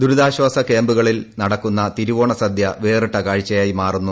ദുരിതാശ്വാസ ക്യാമ്പുകളിൽ നടക്കുന്ന തിരവോണ സദ്യ വേറിട്ട കാഴ്ചയായി മാറുന്നു